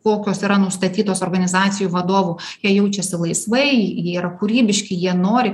kokios yra nustatytos organizacijų vadovų jie jaučiasi laisvai jie yra kūrybiški jie nori